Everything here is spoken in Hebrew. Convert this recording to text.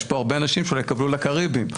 יש פה הרבה אנשים שיקבלו לקאריביים.